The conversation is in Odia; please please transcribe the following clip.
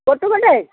ଗୋଟେ ଗୋଟେ